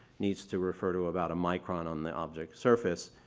needs to refer to about a micron on the object surface.